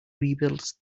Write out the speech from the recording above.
rebuild